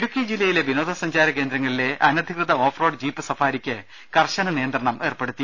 ഇടുക്കി ജില്ലയിലെ വിനോദ സഞ്ചാരകേന്ദ്രങ്ങളിലെ അനധികൃത ഓഫ് റോഡ് ജീപ്പ് സഫാരിക്ക് കർശന നിയന്ത്രണം ഏർപ്പെടുത്തി